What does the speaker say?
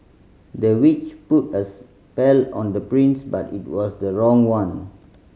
the witch put a spell on the prince but it was the wrong one